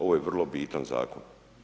Ovo je vrlo bitan Zakon.